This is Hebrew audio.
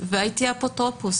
והייתי אפוטרופוס,